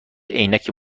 عینک